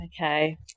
Okay